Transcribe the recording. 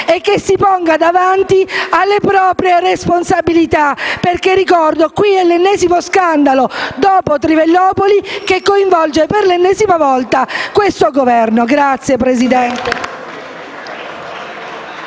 fa, e si ponga davanti alle proprie responsabilità. Perché ricordo che questo è l'ennesimo scandalo, dopo Trivellopoli, che coinvolge, per l'ennesima volta, questo Governo. *(Applausi